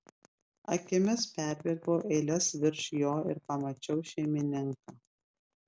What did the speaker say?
akimis perbėgau eiles virš jo ir pamačiau šeimininką